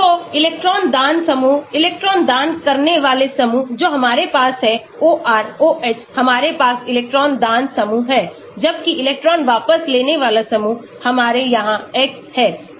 तो इलेक्ट्रॉन दान समूह इलेक्ट्रॉन दान करने वाले समूह जो हमारे पास हैं OR OH हमारे पास इलेक्ट्रॉन दान समूह हैं जबकि इलेक्ट्रॉन वापस लेने वाला समूह हमारे यहां X है